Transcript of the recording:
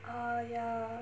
err ya